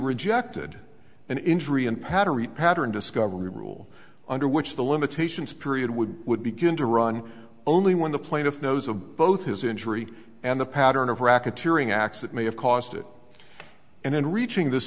rejected an injury and patrie pattern discovery rule under which the limitations period would be would begin to run only when the plaintiff knows of both his injury and the pattern of racketeering acts that may have caused it and in reaching this